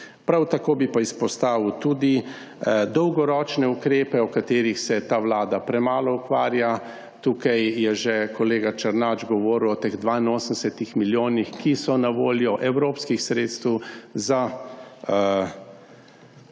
Prav tako bi pa izpostavil tudi dolgoročne ukrepe, o katerih se ta vlada premalo ukvarja. Tukaj je že kolega Černač govoril o teh 82 milijonih evropskih sredstev, ki so na